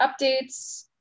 updates